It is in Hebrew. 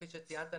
כפי שציינת,